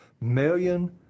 million